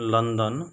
London